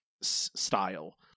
style